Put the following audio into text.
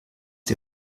die